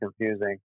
confusing